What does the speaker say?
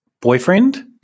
boyfriend